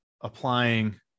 applying